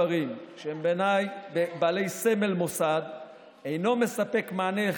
אני אומר, אפילו בסדום לא היה דבר